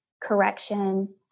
correction